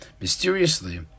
Mysteriously